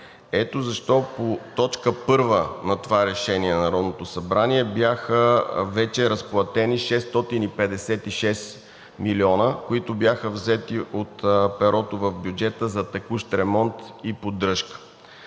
Ето защо по точка първа на това решение на Народното събрание бяха вече разплатени 656 милиона, които бяха взети от перото в бюджета за текущ ремонт и поддръжка.